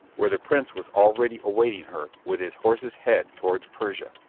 where the prince was already awaiting her, with his horse's head towards persia.